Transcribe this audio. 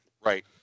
Right